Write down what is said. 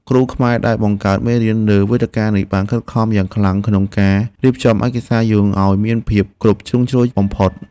គ្រូខ្មែរដែលបង្កើតមេរៀនលើវេទិកានេះបានខិតខំយ៉ាងខ្លាំងក្នុងការរៀបចំឯកសារយោងឱ្យមានភាពគ្រប់ជ្រុងជ្រោយបំផុត។